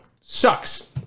Sucks